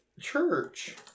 church